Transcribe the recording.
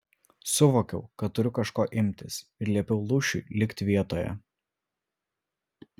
suvokiau kad turiu kažko imtis ir liepiau lūšiui likti vietoje